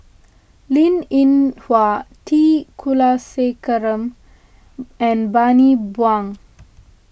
Linn in Hua T Kulasekaram and Bani Buang